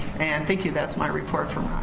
and thank you. that's my report from